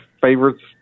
favorites